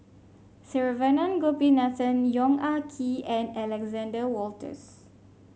Saravanan Gopinathan Yong Ah Kee and Alexander Wolters